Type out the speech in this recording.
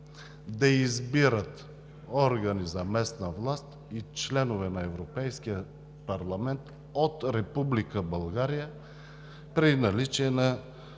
да избират органи за местна власт и членове на Европейския парламент от Република България при наличие на